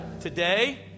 today